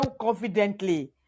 confidently